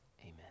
amen